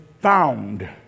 found